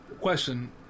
Question